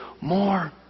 more